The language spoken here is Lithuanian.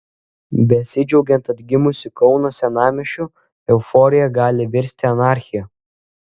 besidžiaugiant atgimusiu kauno senamiesčiu euforija gali virsti anarchija